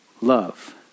love